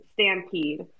Stampede